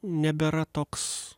nebėra toks